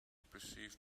perceived